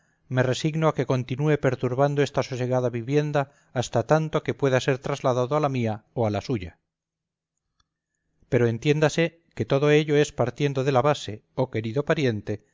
me resigno a que continúe perturbando esta sosegada vivienda hasta tanto que pueda ser trasladado a la mía o a la suya pero entiéndase que todo ello es partiendo de la base oh querido pariente